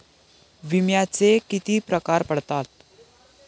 विम्याचे किती प्रकार पडतात?